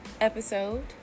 episode